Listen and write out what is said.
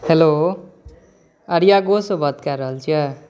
hello Arya गोसँ बात कऽ रहल छिए